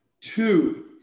Two